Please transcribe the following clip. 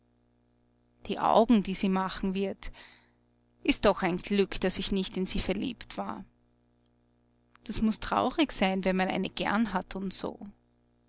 die augen die sie machen wird ist doch ein glück daß ich nicht in sie verliebt war das muß traurig sein wenn man eine gern hat und so